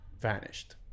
vanished